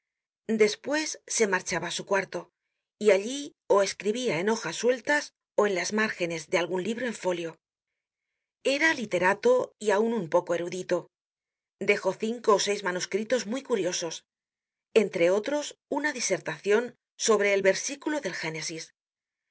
despues se marchaba á su cuarto y allí ó escribia en hojas sueltas ó en las márgenes de algun libro en folio era literato y aun un poco erudito dejó cinco ó seis manuscritos muy curiosos entre otros una disertacion sobre el versículo del génesis